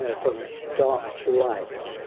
ah from dark to light.